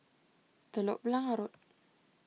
Telok Blangah Road